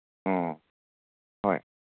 ꯑꯣ ꯍꯣꯏ